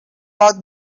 vot